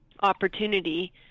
opportunity